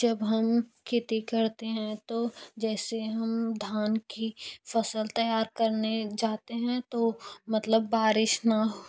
जब हम खेती करते है तो जैसे हम धान की फसल तैयार करने जाते है तो मतलब बारिश न हो